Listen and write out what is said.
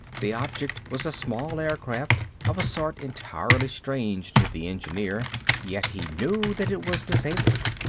the object was a small air-craft, of a sort entirely strange to the engineer yet he knew that it was disabled.